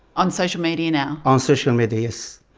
on social media now? on social media, yes.